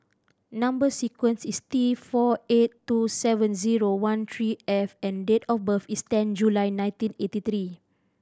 number sequence is T four eight two seven zero one three F and date of birth is ten July nineteen eighty three